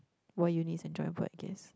why uni is enjoyable I guess